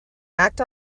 act